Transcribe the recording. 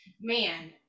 man